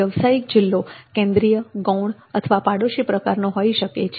વ્યવસાયિક જિલ્લો કેન્દ્રીયગૌણ અથવા પાડોશી પ્રકારનો હોઈ શકે છે